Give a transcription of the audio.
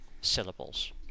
syllables